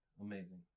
amazing